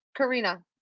Karina